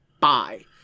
Bye